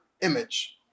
image